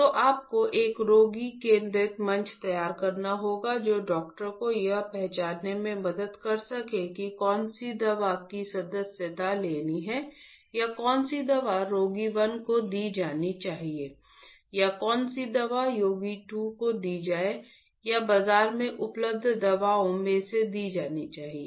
तो आपको एक रोगी केंद्रित मंच तैयार करना होगा जो डॉक्टर को यह पहचानने में मदद कर सके कि कौन सी दवा की सदस्यता लेनी है या कौन सी दवा रोगी 1 को दी जानी चाहिए या कौन सी दवा रोगी 2 को दी गई या बाजार में उपलब्ध दवाओं में से दी जानी चाहिए